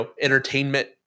entertainment